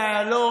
מאיילון,